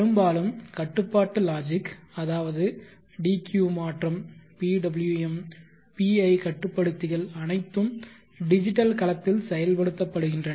பெரும்பாலும் கட்டுப்பாட்டு லாஜிக் அதாவது dq மாற்றம் PWM PI கட்டுப்படுத்திகள் அனைத்தும் டிஜிட்டல் களத்தில் செயல்படுத்தப்படுகின்றன